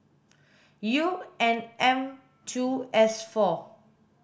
U N M two S four